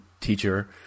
teacher